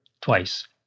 twice